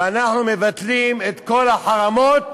ואנחנו מבטלים את כל החרמות